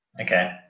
okay